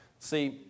See